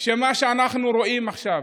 שמה שאנחנו רואים עכשיו